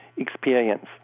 experience